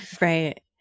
right